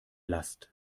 last